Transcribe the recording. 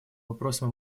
вопросам